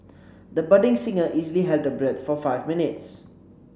the budding singer easily held her breath for five minutes